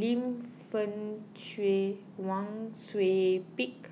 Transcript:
Lim Fei Shen Wang Sui Pick